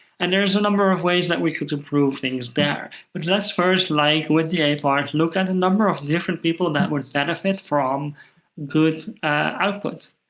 and there is a number of ways that we could improve things there, but let's first, like with the a part, look at a number of different people that would benefit from good outputs.